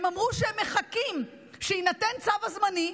הם אמרו שהם מחכים שיינתן הצו הזמני,